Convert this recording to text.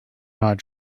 not